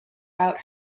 out